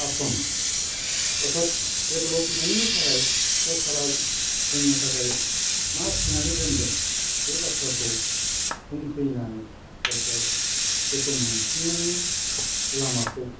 आसन अर्थाथ डेभेल'पमेन्टनि थाखाय सोरखारा जोंनि थाखाय मा थिनानै दोनदों बे बाथ्राखौ बुंफैनानै हयथ' बेखौ मोनफुंनायनि लामाखौ